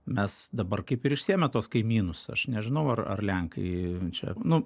mes dabar kaip ir išsiėmę tuos kaimynus aš nežinau ar ar lenkai čia nu